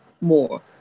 more